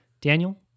Daniel